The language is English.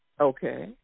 Okay